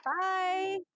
Bye